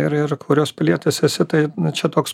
ir ir kurios pilietis esi tai čia toks